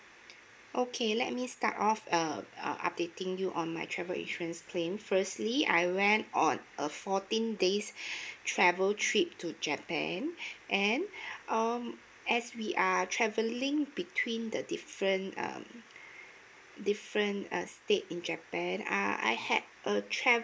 okay let me start off um err updating you on my travel insurance claims firstly I went on a fourteen days travel trip to japan and um as we are travelling between the different um different err states in japan I had a travel